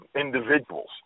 individuals